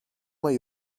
ayı